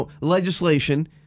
legislation